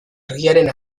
argiaren